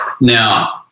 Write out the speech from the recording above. now